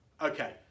okay